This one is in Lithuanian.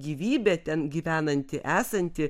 gyvybė ten gyvenanti esanti